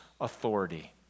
authority